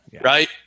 right